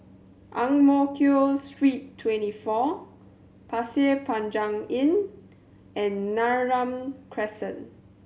Ang Mo Kio Street Twenty four Pasir Panjang Inn and Neram Crescent